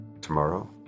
tomorrow